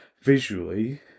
visually